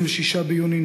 26 ביוני,